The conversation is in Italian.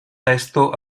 testo